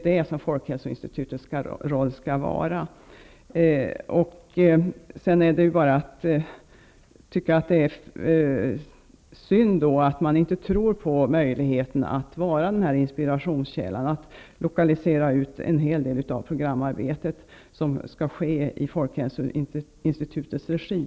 Det är Folkhälsoinstitutets roll, anser jag. Det är synd att man inte tror på möjligheten att vara denna inspirationskälla, att lokalisera ut en hel del av programarbetet som skall ske i Folkhälsoinstitutets regi.